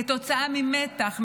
כתוצאה ממתח,